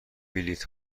بلیط